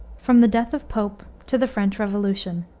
from the death of pope to the french revolution.